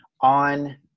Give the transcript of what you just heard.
on